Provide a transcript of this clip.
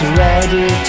ready